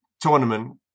tournament